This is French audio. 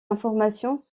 informations